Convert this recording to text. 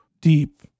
Deep